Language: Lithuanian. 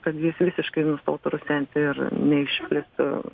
kad jis visiškai nustotų rusenti ir neišplistų